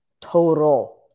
total